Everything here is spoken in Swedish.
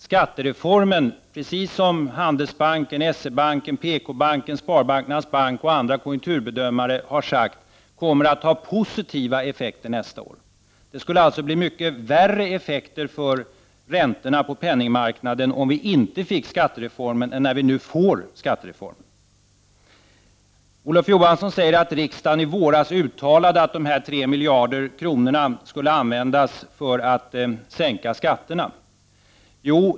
Skattereformen kommer, precis som Handelsbanken, S-E-Banken, PK banken, Sparbankernas Bank och konjunkturbedömare har sagt, att ha positiva effekter nästa år. Det skulle alltså bli mycket värre effekter för räntorna på penningmarknaden om vi inte fick skattereformen än det blir när vi nu får skattereformen. Olof Johansson säger att riksdagen i våras uttalade att dessa 3 miljarder kronor skulle användas för att sänka skatterna.